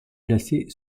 placée